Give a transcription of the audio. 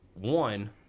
one